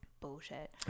bullshit